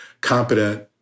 competent